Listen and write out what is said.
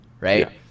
right